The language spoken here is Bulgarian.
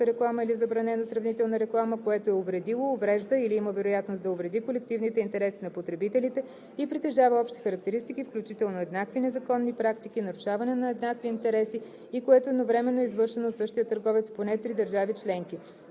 реклама или забранена сравнителна реклама, което е увредило, уврежда или има вероятност да увреди колективните интереси на потребителите и притежава общи характеристики, включително еднакви незаконни практики, нарушаване на еднакви интереси, и което едновременно е извършено от същия търговец в поне три държави членки;